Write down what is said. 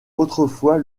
autrefois